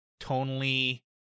tonally